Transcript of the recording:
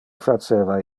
faceva